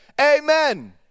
Amen